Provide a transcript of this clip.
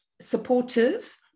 supportive